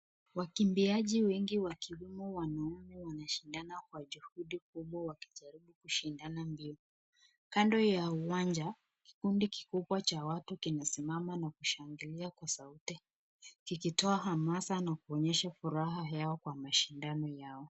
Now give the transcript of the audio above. Wakiambiaji wengi wa kiume tunaona wanashindana kwa juhudi wakijaribu kushindana mbao .Kando ya uwanja kikundi kikubwa cha watu kinasimama na kushangilia kwa sauti kikitoa hamasa na kutoa furaha yao kwa mashindano yao.